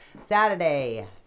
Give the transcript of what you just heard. Saturday